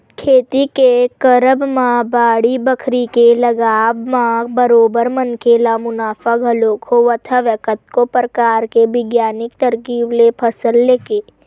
खेती के करब म बाड़ी बखरी के लगावब म बरोबर मनखे ल मुनाफा घलोक होवत हवय कतको परकार के बिग्यानिक तरकीब ले फसल लेके